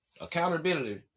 accountability